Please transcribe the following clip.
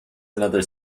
another